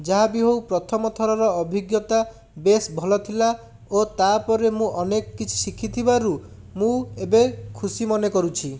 ଯାହାବି ହଉ ପ୍ରଥମ ଥରର ଅଭିଜ୍ଞତା ବେଶ୍ ଭଲ ଥିଲା ଓ ତା'ପରେ ମୁଁ ଅନେକ କିଛି ଶିଖିଥିବାରୁ ମୁଁ ଏବେ ଖୁସି ମନେ କରୁଛି